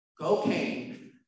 cocaine